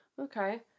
Okay